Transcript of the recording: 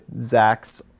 Zach's